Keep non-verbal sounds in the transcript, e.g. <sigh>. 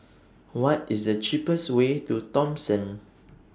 What IS The cheapest Way to Thomson <noise>